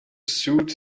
suit